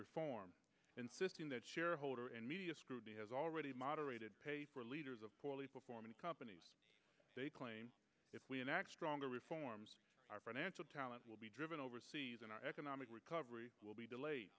reform insisting that shareholder and media scrutiny has already moderated for leaders of poorly performing companies they claim if we enact stronger reforms our financial talent will be driven overseas and our economic recovery will be delayed